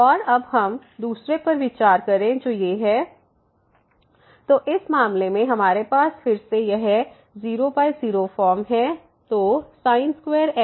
और अब हम दूसरे पर विचार करें sin2x x2x4 तो इस मामले में हमारे पास फिर से यह 00 फॉर्म है